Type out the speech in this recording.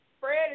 Fred